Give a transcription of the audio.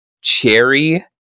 cherry